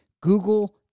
Google